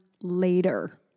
later